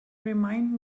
remind